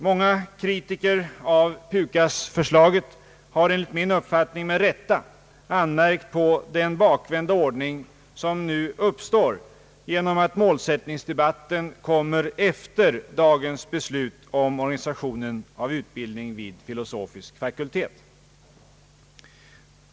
Många kritiker av PUKAS-förslaget har, enligt min uppfattning med rätta, anmärkt på den bakvända ordning som nu uppstår genom att målsättningsdebatten kommer efter dagens beslut om organisationen av utbildningen vid filosofisk fakultet.